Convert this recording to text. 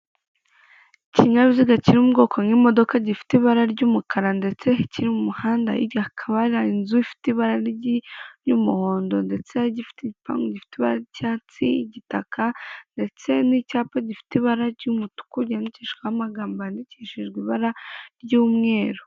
Ikinyabiziga kiri mu bwoko nk'imodoka gifite ibara ry'umukara ndetse kiri mu muhanda, hirya hakaba hari inzu ifite ibara ry'umuhondo ndetse gifite igipangu gifite ibara ry'icyatsi, igitaka ndetse n'icyapa gifite ibara ry'umutuku cyandikishijweho amagambo yandikishijwe ibara ry'umweru.